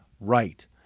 right